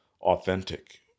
authentic